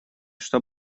что